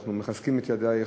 ואנחנו מחזקים את ידייך,